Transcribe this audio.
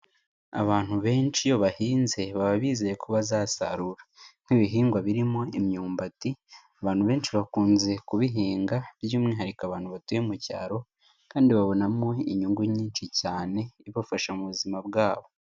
Abantu benshi iyo bahinze, baba bizeye ko bazasarura nk'ibihingwa birimo imyumbati, abantu benshi bakunze kubihinga by'umwihariko abantu batuye mu cyaro kandi babonamo inyungu nyinshi cyane, ibafasha mu buzima bwabo.